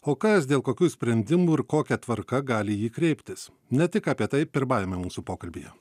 o kas dėl kokių sprendimų ir kokia tvarka gali į jį kreiptis ne tik apie tai pirmajame mūsų pokalbyje